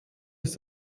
ist